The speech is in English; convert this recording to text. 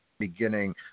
beginning